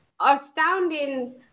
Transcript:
astounding